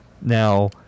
Now